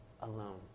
alone